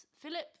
Philip